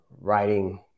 writing